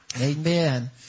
Amen